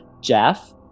Jeff